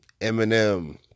Eminem